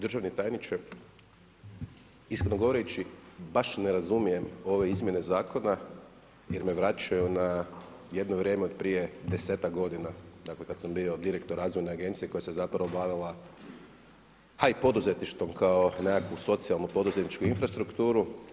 Državni tajniče, iskreno govoreći, baš ne razumijem ovo izmjene zakona jer me vraćaju na jedno vrijeme od prije 10-tak godina, dakle, kad sam bio direktor razvojne agencije, koja se zapravo bavila, a poduzetništvom, kao nekakvu socijalnu poduzetničku infrastrukturu.